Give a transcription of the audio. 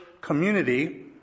community